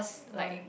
why